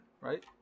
right